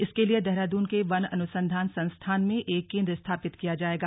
इसके लिए देहरादून के वन अनुसंधान संस्थान में एक केन्द्र स्थापित किया जायेगा